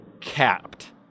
capped